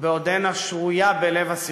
בעודנה שרויה בלב הסכסוך.